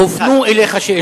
הופנו אליך שאלות.